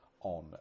on